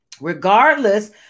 Regardless